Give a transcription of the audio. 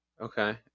Okay